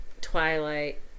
twilight